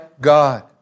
God